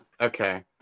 okay